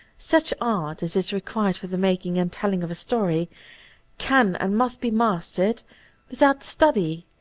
such art as is required for the making and telling of a story can and must be mastered without study,